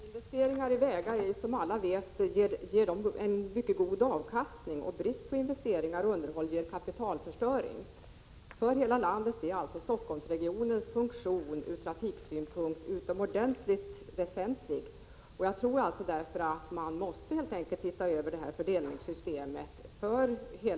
Herr talman! Investeringar i vägar ger som alla vet en mycket god avkastning. Brist på investeringar och underhåll innebär kapitalförstöring. Stockholmsregionens funktion ur trafiksynpunkt är utomordentligt väsentlig för hela landet. Jag tror att man därför för hela landets skull helt enkelt måste se över detta fördelningssystem.